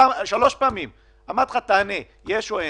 שלוש פעמים אמרתי לך: תענה יש או אין.